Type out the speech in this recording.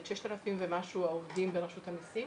את 6,000 ומשהו העובדים ברשות המסים,